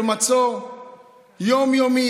במצור יום-יומי.